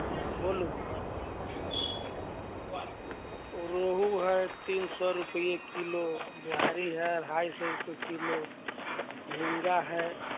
बोलू रहु हय तीन सए रूपआ किलो बुआरी हय अढाइ सए रूपआ किलो झींगा हय